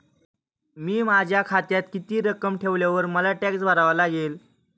मी माझ्या खात्यात किती रक्कम ठेवल्यावर मला टॅक्स भरावा लागेल?